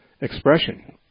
expression